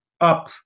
up